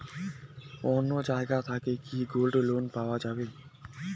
অন্য জায়গা থাকি কি গোল্ড লোন পাওয়া যাবে?